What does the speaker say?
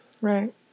Right